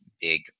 big